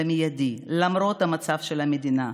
מייד, למרות המצב של המדינה.